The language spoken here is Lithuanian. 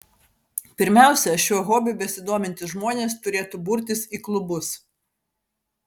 pirmiausia šiuo hobiu besidomintys žmonės turėtų burtis į klubus